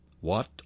What